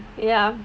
ya